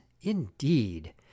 indeed